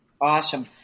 Awesome